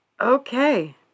Okay